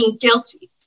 guilty